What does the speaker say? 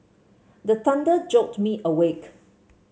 the thunder jolt me awake